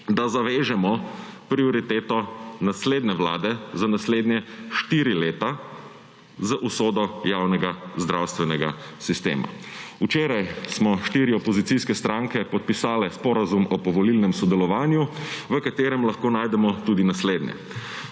da zavežemo prioriteto naslednje vlade za naslednje štiri leta z usodo javnega zdravstvenega sistema. Včeraj smo štiri opozicijske stranke podpisale sporazum o povolilnem sodelovanju, v katerem lahko najdemo tudi naslednje: